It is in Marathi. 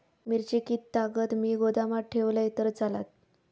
मिरची कीततागत मी गोदामात ठेवलंय तर चालात?